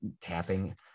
tapping